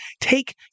take